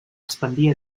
expandir